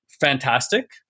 fantastic